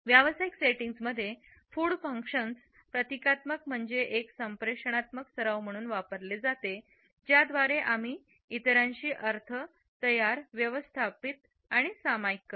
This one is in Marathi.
व्यावसायिक सेटिंग्जमध्ये फूड फंक्शन प्रतिकात्मक म्हणजे एक संप्रेषणात्मक सराव म्हणून वापरले जाते ज्याद्वारे आम्ही इतरांशी अर्थ तयार व्यवस्थापित आणि सामायिक करतो